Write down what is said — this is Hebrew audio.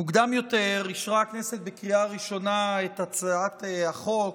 מוקדם יותר אישרה הכנסת בקריאה ראשונה את הצעת החוק